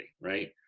right